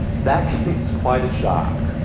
that came as quite a shock.